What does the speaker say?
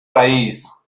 raíz